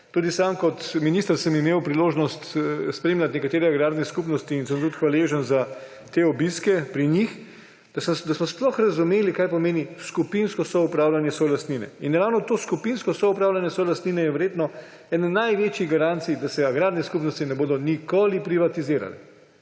Tudi sam kot minister sem imel priložnost spremljati nekatere agrarne skupnosti in sem tudi hvaležen za te obiske pri njih, da smo sploh razumeli, kaj pomeni skupinsko soupravljanje solastnine. Ravno to skupinsko soupravljanje solastnine je verjetno ena največjih garancij, da se agrarne skupnosti ne bodo nikoli privatizirale,